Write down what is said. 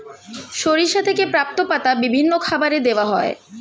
সরিষা থেকে প্রাপ্ত পাতা বিভিন্ন খাবারে দেওয়া হয়